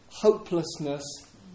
hopelessness